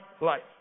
life